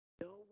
No